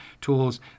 tools